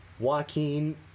Joaquin